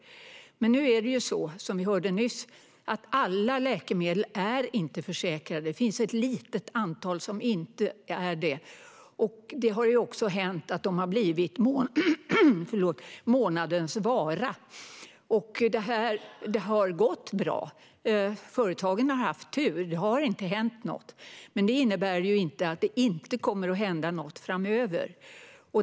Men nu är det ju så, som vi hörde nyss, att alla läkemedel inte är försäkrade. Det finns ett litet antal som inte är det, och det har hänt att de har blivit månadens vara. Det har gått bra - företagen har haft tur; det har inte hänt något. Men det innebär ju inte att det inte kommer att hända något framöver.